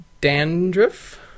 Dandruff